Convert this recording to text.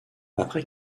après